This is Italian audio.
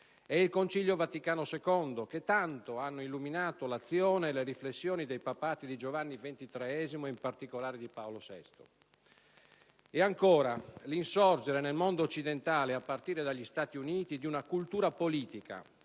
e del Concilio Vaticano II che tanto hanno illuminato l'azione e le riflessioni di Giovanni XXIII e in particolare di Paolo VI; e, ancora, l'insorgere nel mondo occidentale, a partire dagli Stati Uniti, di una cultura politica,